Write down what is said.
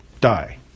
die